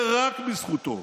ורק בזכותו,